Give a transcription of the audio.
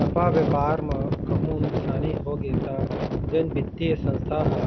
नवा बेपार म कहूँ नुकसानी होगे त जेन बित्तीय संस्था ह